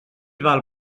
val